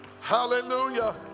Hallelujah